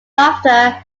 after